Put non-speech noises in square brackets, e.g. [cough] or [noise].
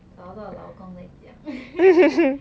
找到老公再讲 [laughs]